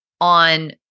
on